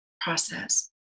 process